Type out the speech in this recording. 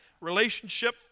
relationship